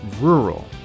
Rural